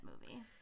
movie